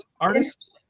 artist